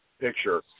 picture